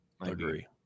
Agree